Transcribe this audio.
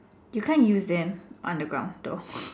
you can't use them underground still